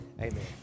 Amen